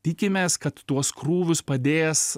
tikimės kad tuos krūvius padės